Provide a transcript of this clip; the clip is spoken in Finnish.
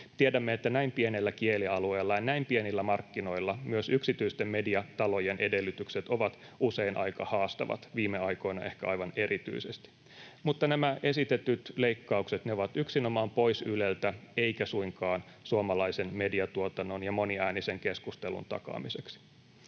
Tiedämme, että näin pienellä kielialueella ja näin pienillä markkinoilla myös yksityisten mediatalojen edellytykset ovat usein aika haastavat, viime aikoina ehkä aivan erityisesti. Mutta nämä esitetyt leikkaukset ovat yksinomaan pois Yleltä eivätkä suinkaan suomalaisen mediatuotannon ja moniäänisen keskustelun takaamiseksi.